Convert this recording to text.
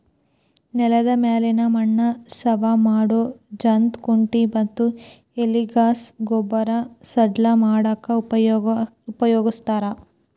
ನೆಲದ ಮ್ಯಾಲಿನ ಮಣ್ಣ ಸವಾ ಮಾಡೋ ಜಂತ್ ಕುಂಟಿ ಮತ್ತ ಎಲಿಗಸಾ ಗೊಬ್ಬರ ಸಡ್ಲ ಮಾಡಾಕ ಉಪಯೋಗಸ್ತಾರ